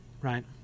right